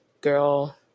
girl